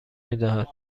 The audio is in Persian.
میدهد